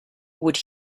would